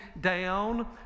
down